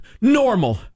normal